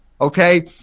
Okay